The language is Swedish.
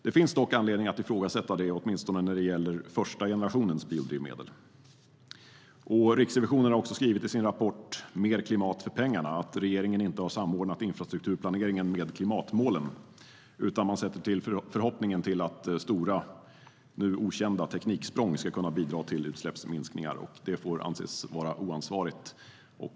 Det finns dock anledning att ifrågasätta detta, åtminstone när det gäller första generationens biodrivmedel. Riksrevisionen har också skrivit i sin rapport Klimat för pengarna? att regeringen inte har samordnat infrastrukturplaneringen med klimatmålen utan sätter förhoppningen till att stora, ännu okända, tekniksprång ska kunna bidra till utsläppsminskningar. Detta får anses vara oansvarigt.